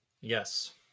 yes